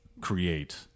create